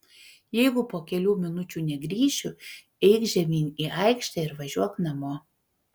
jeigu po kelių minučių negrįšiu eik žemyn į aikštę ir važiuok namo